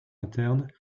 internes